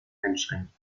einschränken